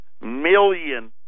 million